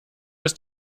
bis